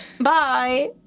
Bye